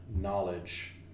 knowledge